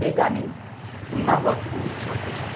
हे गाणे पुन्हा वाजवू नकोस